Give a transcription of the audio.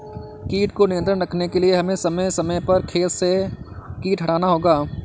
कीट को नियंत्रण रखने के लिए हमें समय समय पर खेत से कीट हटाना होगा